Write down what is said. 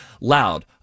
loud